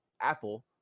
apple